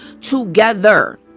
together